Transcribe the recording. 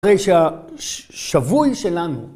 אחרי שהשבוי שלנו